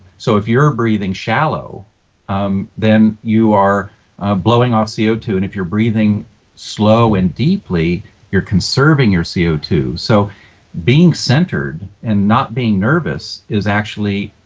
so if you're breathing shallow um then you are blowing blowing off c o two and if you're breathing slow and deeply you're conserving your c o two so being centered and not being nervous is actually.